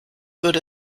würde